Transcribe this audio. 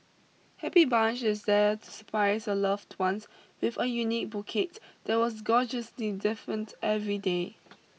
Happy Bunch is there to surprise your loved ones with a unique bouquet that was gorgeously different every day